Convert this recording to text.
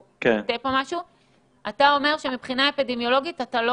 האם אתה אומר שמבחינה אפידמיולוגית אתה לא